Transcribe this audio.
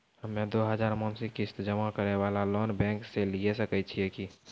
हम्मय दो हजार मासिक किस्त जमा करे वाला लोन बैंक से लिये सकय छियै की?